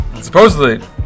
Supposedly